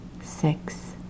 six